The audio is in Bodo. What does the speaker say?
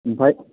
ओमफाय